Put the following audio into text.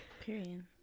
period